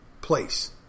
place